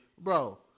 Bro